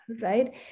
right